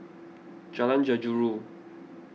Jalan Jeruju